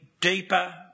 deeper